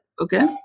okay